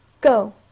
Go